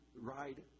ride